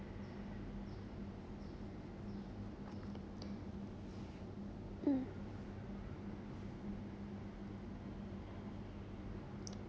mm